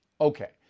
Okay